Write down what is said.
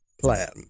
Plan